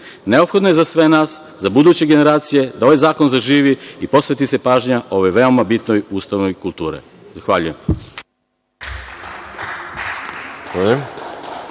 Arhivu. Neophodno je za sve nas, za buduće generacije, da ovaj zakon zaživi i posveti se pažnja ovoj veoma bitnoj ustanovi kulture. Zahvaljujem.